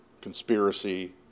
conspiracy